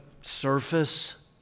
surface